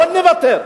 לא נוותר,